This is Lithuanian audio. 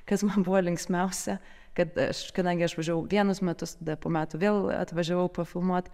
kas man buvo linksmiausia kad aš kadangi aš važiavau vienus metus tada po metų vėl atvažiavau pafilmuot